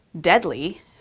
deadly